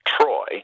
Troy